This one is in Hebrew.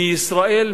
מישראל,